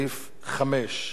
בקריאה שנייה.